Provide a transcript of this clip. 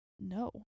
No